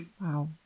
Wow